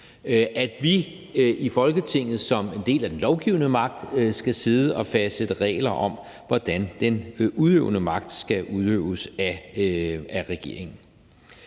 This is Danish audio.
at vi i Folketinget som en del af den lovgivende magt skal sidde og fastsætte regler om, hvordan den udøvende magt skal udøves af regeringen.